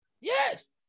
Yes